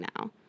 now